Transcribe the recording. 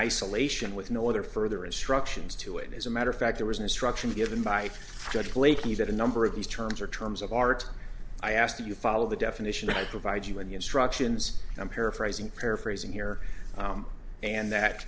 isolation with no other further instructions to it is a matter of fact there was an instruction given by judge blakey that a number of these terms are terms of art i asked you follow the definition i provide you with the instructions i'm paraphrasing paraphrasing here and that